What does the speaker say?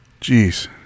Jeez